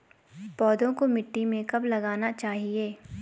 पौधों को मिट्टी में कब लगाना चाहिए?